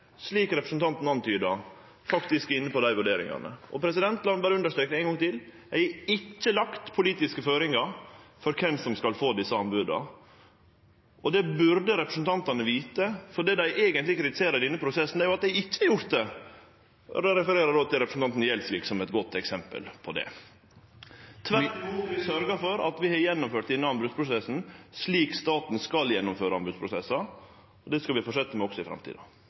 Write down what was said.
slik representanten antyda, er inne på dei vurderingane. Lat meg berre understreke ein gong til: Eg har ikkje lagt politiske føringar for kven som skal få desse anboda. Det burde representantane vite, for det dei eigentleg kritiserer i denne prosessen, er at eg ikkje har gjort det, og då refererer eg til representanten Gjelsvik som eit godt eksempel på det. Tvert imot har vi sørgja for at vi har gjennomført denne anbodsprosessen slik staten skal gjennomføre anbodsprosessar, og det skal vi fortsetje med også i framtida.